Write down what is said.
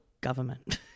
government